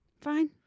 Fine